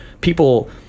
People